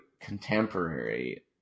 contemporary